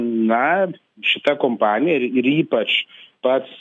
na šita kompanija ir ir ypač pats